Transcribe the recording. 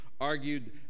argued